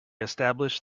established